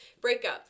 breakup